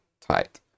tight